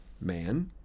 man